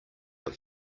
our